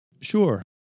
Sure